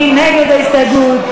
מי נגד ההסתייגות?